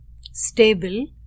stable